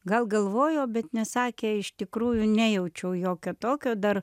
gal galvojo bet nesakė iš tikrųjų nejaučiau jokio tokio dar